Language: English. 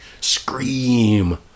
scream